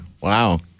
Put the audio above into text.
Wow